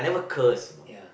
ya